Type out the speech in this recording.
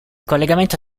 collegamento